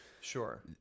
Sure